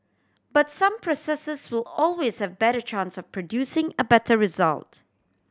but some processes will always have better chance of producing a better result